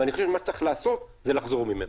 ואני חושב שמה שצריך לעשות זה לחזור ממנו.